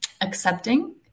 accepting